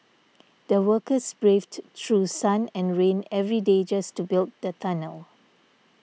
the workers braved through sun and rain every day just to build the tunnel